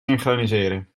synchroniseren